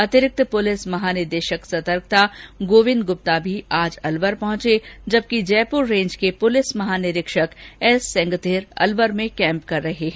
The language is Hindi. अतिरिक्त पुलिस महानिदेषक सर्तकता गोविन्द गुप्ता भी आज अलवर पहुंचे जबकि जयपुर रेंज के पुलिस महानिरीक्षक एस सेंगथिर अलवर में कैंप कर रहे हैं